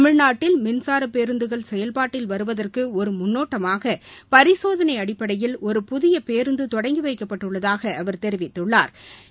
தமிழ்நாட்டில் மின்சார பேருந்துகள் செயல்பாட்டில் வருவதற்கு ஒரு முன்னோட்டமாக பரிசோதனை அடிப்படையில் ஒரு புதிய பேருந்து தொடங்கி வைக்கப்பட்டுள்ளதாக அவா் தெரிவித்துள்ளாா்